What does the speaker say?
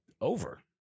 over